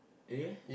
and you eh